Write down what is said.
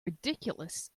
ridiculous